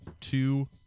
two